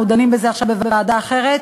אנחנו דנים בזה עכשיו בוועדה אחרת,